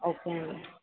okay అండి